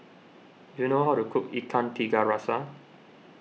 do you know how to cook Ikan Tiga Rasa